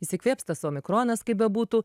išsikvėps tas omikronas kaip bebūtų